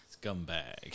Scumbag